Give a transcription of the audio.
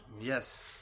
Yes